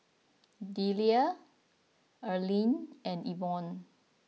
Deliah Earlean and Evon